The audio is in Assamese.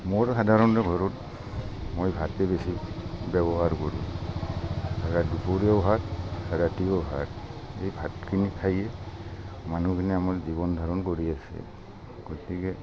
মোৰ সাধাৰণতে ঘৰত মই ভাতেই বেছি ব্যৱহাৰ কৰোঁ দুপৰীয়াও ভাত ৰাতিও ভাত এই ভাতখিনি খায়েই মানুহখিনি আমাৰ জীৱন ধাৰণ কৰি আছে গতিকে